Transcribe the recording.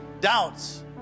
doubts